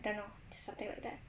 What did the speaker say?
then lor something like that